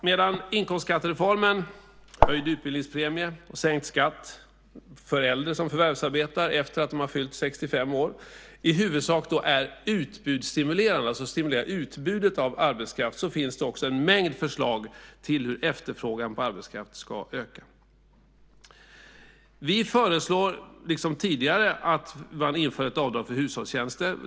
Medan inkomstskattereformen, höjd utbildningspremie och sänkt skatt för äldre som förvärvsarbetar efter det att de har fyllt 65 år i huvudsak är utbudsstimulerande, det vill säga stimulerar utbudet av arbetskraft, finns det också en mängd förslag till hur efterfrågan på arbetskraft ska öka. Vi föreslår, liksom tidigare, att man inför ett avdrag för hushållstjänster.